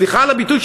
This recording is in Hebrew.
סליחה על הביטוי,